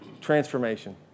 transformation